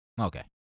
Okay